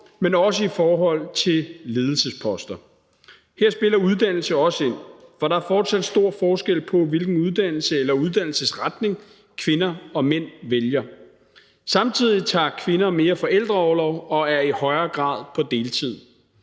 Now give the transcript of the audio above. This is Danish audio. men også i forhold til ledelsesposter. Her spiller uddannelse også ind, for der er fortsat stor forskel på, hvilken uddannelse eller uddannelsesretning kvinder og mænd vælger. Samtidig tager kvinder mere forældreorlov og er i højere grad på deltid.